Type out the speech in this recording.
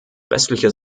westlicher